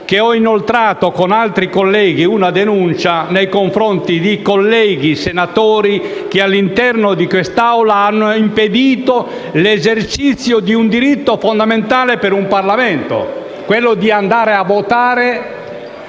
che ho inoltrato con altri colleghi una denuncia nei confronti di colleghi senatori che, all'interno di quest'Assemblea, hanno impedito l'esercizio di un diritto fondamentale per un Parlamento: quello di andare a votare;